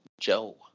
Joe